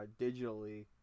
digitally